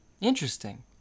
Interesting